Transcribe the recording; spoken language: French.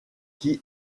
qui